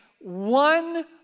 one